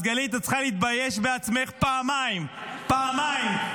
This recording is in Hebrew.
אז, גלית, את צריכה להתבייש בעצמך פעמיים, פעמיים.